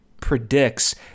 predicts